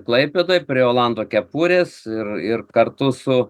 klaipėdoj prie olando kepurės ir ir kartu su